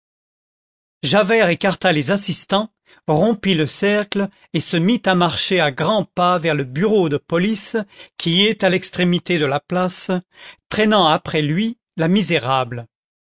javert écarta les assistants rompit le cercle et se mit à marcher à grands pas vers le bureau de police qui est à l'extrémité de la place traînant après lui la misérable